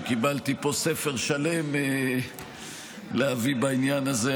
שקיבלתי פה ספר שלם להביא בעניין הזה.